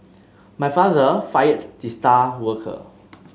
my father fired the star worker